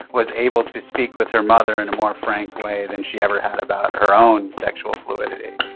was able to speak with her mother in a more frank way than she ever had about her own sexual fluidity.